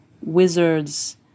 wizards